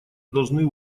должны